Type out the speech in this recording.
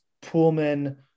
Pullman –